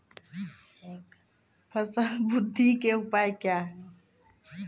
फसल बृद्धि का उपाय क्या हैं?